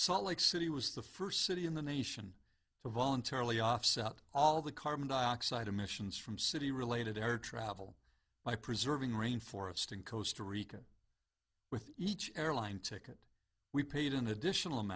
salt lake city was the first city in the nation to voluntarily offset all the carbon dioxide emissions from city related air travel by preserving rain forest in coastal rica with each airline ticket we paid an additional